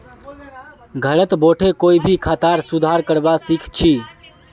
घरत बोठे कोई भी खातार सुधार करवा सख छि